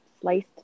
sliced